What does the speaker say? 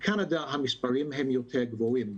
בקנדה המספרים הם יותר גבוהים,